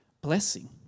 blessing